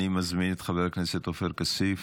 אני מזמין את חבר הכנסת עופר כסיף,